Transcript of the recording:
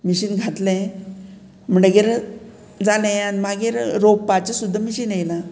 machine घातलें म्हणटगीर जालें आनी मागीर रोंपपाचे सुद्दां मिशीन येयलां